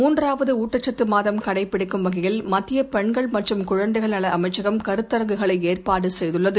மூன்றாவது ஊட்டச்சத்து மாதம் கடைபிடிக்கும் வகையில் மத்திய பென்கள் மற்றும் குழந்தைகள் நல அமைச்சகம் கருத்தரங்குகளை ஏற்பாடு செய்துள்ளது